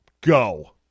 go